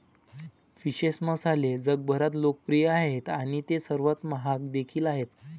विशेष मसाले जगभरात लोकप्रिय आहेत आणि ते सर्वात महाग देखील आहेत